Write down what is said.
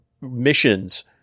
missions